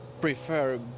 prefer